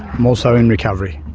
i'm also in recovery.